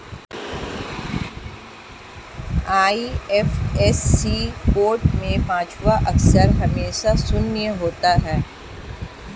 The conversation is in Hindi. आई.एफ.एस.सी कोड में पांचवा अक्षर हमेशा शून्य होता है